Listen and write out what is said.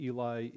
Eli